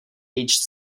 aged